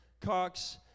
Cox